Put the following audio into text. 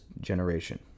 generation